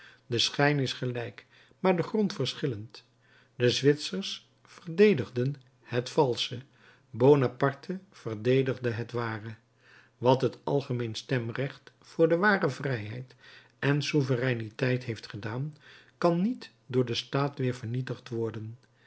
de schijn is gelijk maar de grond verschillend de zwitsers verdedigden het valsche bonaparte verdedigde het ware wat het algemeen stemrecht voor de ware vrijheid en souvereiniteit heeft gedaan kan niet door de staat weer vernietigd worden